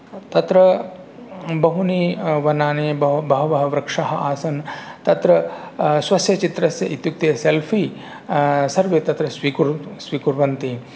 तत्र बहूनि वनानि ब बह् बहवः वृक्षः आसन् तत्र स्वस्य चित्रस्य इत्युक्ते सेल्फ़ि सर्वे तत्र स्वीकुर् स्वीकुर्वन्ति